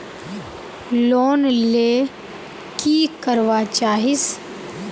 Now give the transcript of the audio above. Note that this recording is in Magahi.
लोन ले की करवा चाहीस?